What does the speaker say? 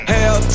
Hell